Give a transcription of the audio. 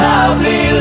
Lovely